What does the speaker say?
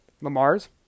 lamar's